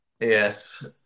Yes